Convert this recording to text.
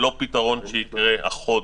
לא מדובר בפתרון שיקרה החודש.